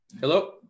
hello